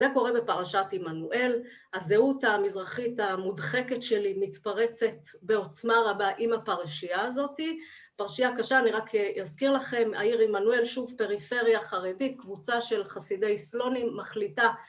‫זה קורה בפרשת עמנואל, ‫הזהות המזרחית המודחקת שלי ‫מתפרצת בעוצמה רבה ‫עם הפרשייה הזאת. ‫פרשייה קשה, אני רק אזכיר לכם, ‫העיר עמנואל, שוב פריפריה חרדית, ‫קבוצה של חסידי סלונים, ‫מחליטה...